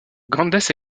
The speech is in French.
grandes